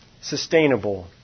sustainable